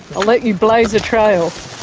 i'll let you blaze a trail!